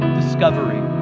discovery